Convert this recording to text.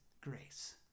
grace